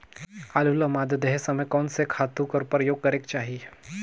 आलू ल मादा देहे समय म कोन से खातु कर प्रयोग करेके चाही?